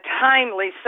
timely